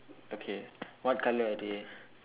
okay what colour are they